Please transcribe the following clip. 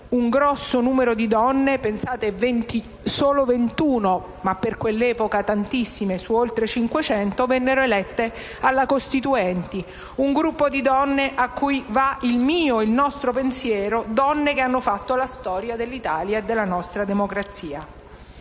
un grande numero di donne - pensate, solo ventuno, ma per quell'epoca tantissime su oltre 500 seggi - vennero elette alla Costituente; un gruppo di donne a cui va il mio e il nostro pensiero; donne che hanno fatto la storia dell'Italia e della nostra democrazia.